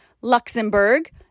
Luxembourg